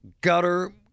gutter